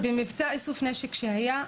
במבצע איסוף נשק שהיה,